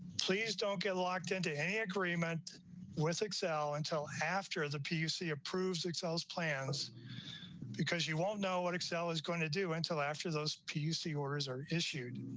please don't get locked into an agreement with excel until after the pc approves excels plans because you won't know what excel is going to do until after those pc orders are issued